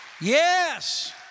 yes